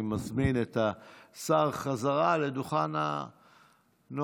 אני מזמין את השר חזרה לדוכן הנואמים.